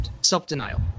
Self-denial